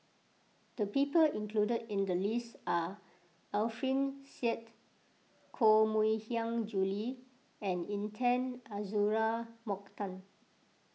the people included in the list are Alfian Sa'At Koh Mui Hiang Julie and Intan Azura Mokhtar